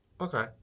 okay